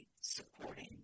supporting